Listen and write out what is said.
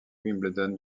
wimbledon